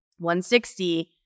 160